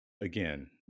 again